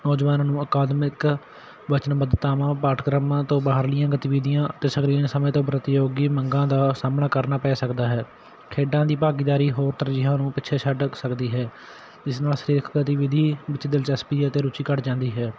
ਨੌਜਵਾਨਾਂ ਨੂੰ ਅਕਾਦਮਿਕ ਵਚਨਵਧਤਾਵਾਂ ਪਾਠਕ੍ਰਮਾਂ ਤੋਂ ਬਾਹਰਲੀਆਂ ਗਤੀਵਿਧੀਆਂ ਅਤੇ ਸਕਰੀਨ ਸਮੇਂ ਤੋਂ ਪ੍ਰਤੀਯੋਗੀ ਮੰਗਾਂ ਦਾ ਸਾਹਮਣਾ ਕਰਨਾ ਪੈ ਸਕਦਾ ਹੈ ਖੇਡਾਂ ਦੀ ਭਾਗੀਦਾਰੀ ਹੋਰ ਤਰਜੀਹਾਂ ਨੂੰ ਪਿੱਛੇ ਛੱਡ ਸਕਦੀ ਹੈ ਜਿਸ ਨਾਲ ਸਰੀਰਕ ਗਤੀਵਿਧੀ ਵਿੱਚ ਦਿਲਚਸਪੀ ਅਤੇ ਰੁਚੀ ਘੱਟ ਜਾਂਦੀ ਹੈ